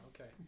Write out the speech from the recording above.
Okay